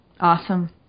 Awesome